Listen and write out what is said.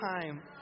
time